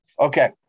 okay